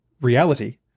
reality